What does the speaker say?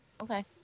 Okay